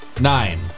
Nine